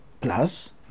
plus